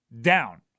down